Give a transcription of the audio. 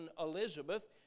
Elizabeth